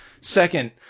Second